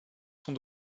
sont